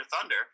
Thunder